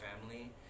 family